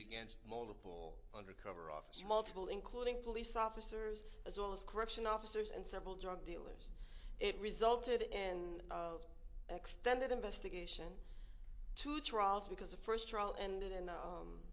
against multiple undercover officers multiple including police officers as well as correctional officers and several drug dealers it resulted in extended investigation two trials because the first trial ended